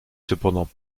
cependant